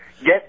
get